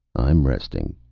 i'm resting.